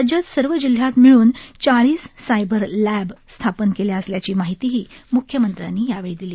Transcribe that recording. राज्यात सर्व जिल्ह्यात मिळून चाळीस सायबर लॅब स्थापन केल्या असल्याची माहितीही म्ख्यमंत्र्यांनी यावेळी दिली